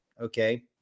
okay